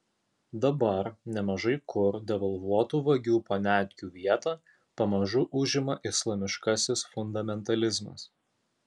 dabar nemažai kur devalvuotų vagių poniatkių vietą pamažu užima islamiškasis fundamentalizmas